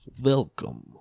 welcome